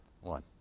one